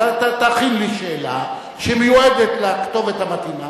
תכין לי שאלה שמיועדת לכתובת המתאימה,